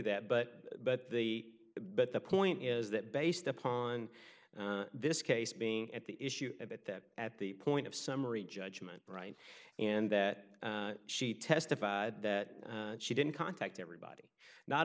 that but but the but the point is that based upon this case being at the issue at that at the point of summary judgment right and that she testified that she didn't contact everybody not